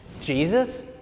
Jesus